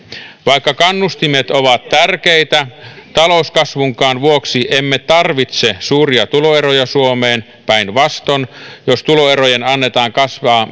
vaikka kannustimet ovat tärkeitä talouskasvunkaan vuoksi emme tarvitse suuria tuloeroja suomeen päinvastoin jos tuloerojen annetaan kasvaa